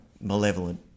malevolent